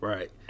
Right